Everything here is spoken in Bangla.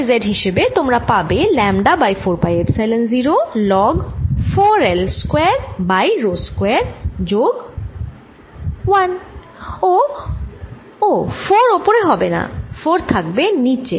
V x y z হিসেবে তোমরা পাবে lambda by 4 pi epsilon 0 log 4 L square by rho square যোগ 1 ও 4 ওপরে হবেনা 4 থাকবে নীচে